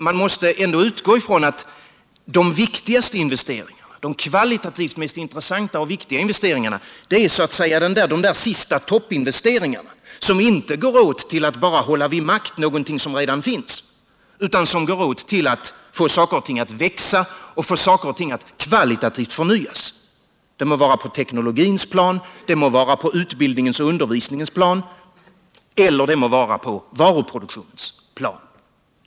Man måste utgå från att de kvalitativt mest intressanta och viktiga investeringarna är de där sista toppinvesteringarna, som inte används till att bara vidmakthålla någonting som redan finns utan som går åt till en kvalitativ förnyelse — det må vara på teknologins plan, på utbildningens och undervisningens område eller på varuproduktionens plan.